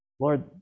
Lord